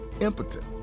impotent